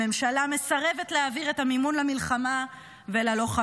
הממשלה מסרבת להעביר את המימון למלחמה וללוחמים.